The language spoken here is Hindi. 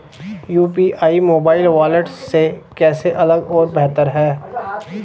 यू.पी.आई मोबाइल वॉलेट से कैसे अलग और बेहतर है?